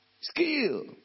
Skill